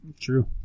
True